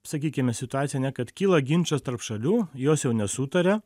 sakykime situacijaane kad kyla ginčas tarp šalių jos jau nesutaria